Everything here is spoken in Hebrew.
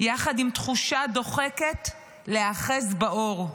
יחד עם תחושה דוחקת להיאחז באור,